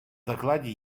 докладе